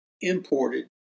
imported